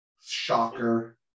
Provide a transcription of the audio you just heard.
shocker